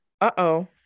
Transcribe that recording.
uh-oh